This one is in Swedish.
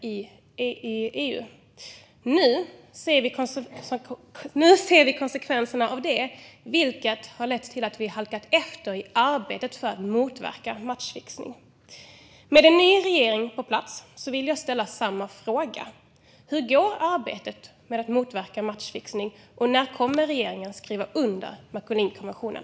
Nu ser vi konsekvenserna av det. Det har lett till att vi har halkat efter i arbetet för att motverka matchfixning. Med en ny regering på plats vill jag ställa samma fråga. Hur går arbetet med att motverka matchfixning, och när kommer regeringen att skriva under Macolinkonventionen?